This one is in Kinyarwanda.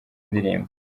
ndirimbo